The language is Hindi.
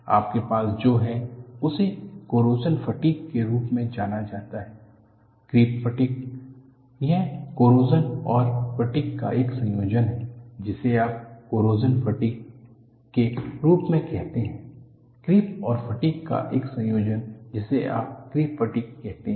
आपके पास जो है उसे कोरोशन फटीग के रूप में जाना जाता है क्रीप फटीग यह कोरोशन और फटीग का एक संयोजन है जिसे आप कोरोशन फटीग के रूप में कहते हैं क्रीप और फटीग का एक संयोजन जिसे आप क्रीप फटीग कहते हैं